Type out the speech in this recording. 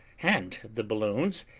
and the balloons,